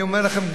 אני אומר לכם,